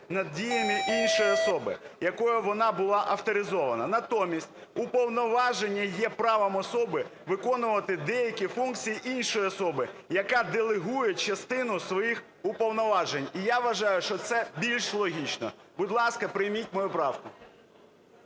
над діями іншої особи, якою вона була авторизована. Натомість уповноваження є правом особи виконувати деякі функції іншої особи. Яка делегує частину своїх уповноважень. І я вважаю, що це більш логічно. Будь ласка, прийміть мою правку.